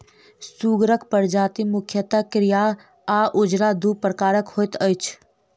सुगरक प्रजाति मुख्यतः करिया आ उजरा, दू प्रकारक होइत अछि